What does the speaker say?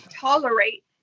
tolerate